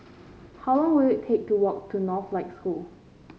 how long will it take to walk to Northlight School